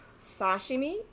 Sashimi